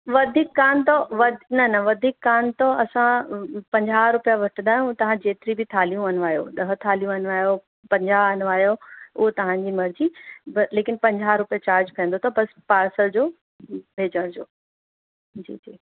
वधीक कोन अथव वध न न वधीक कोन अथव असां पंजाह रुपया वठंदा आहियूं तव्हां जेतरी बि थालियूं वनवायो ॾह थालियूं वनवायो पंजाह वनवायो उहो तव्हांजी मर्ज़ी लेकिन पंजाह रुपए चार्ज पवंदव त बसि पार्सल जो भेजण जो जी जी